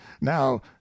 now